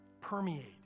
permeate